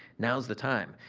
now's the time.